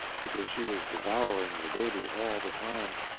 because she was devouring the baby all the time,